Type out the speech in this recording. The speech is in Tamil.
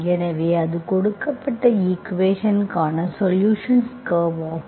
எனவே அது கொடுக்கப்பட்ட ஈக்குவேஷன்கான சொலுஷன்ஸ் கர்வு ஆகும்